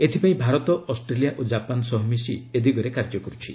ଏଥିପାଇଁ ଭାରତ ଅଷ୍ଟ୍ରେଲିଆ ଓ ଜାପାନ୍ ସହ ମିଶି ଏ ଦିଗରେ କାର୍ଯ୍ୟ କରୁଛି